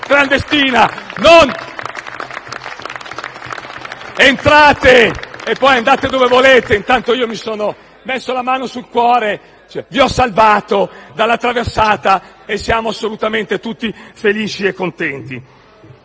clandestina, non «entrate e poi andate dove volete, intanto io mi sono messo la mano sul cuore», «vi ho salvato dalla traversata e siamo assolutamente tutti felici e contenti».